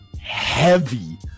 heavy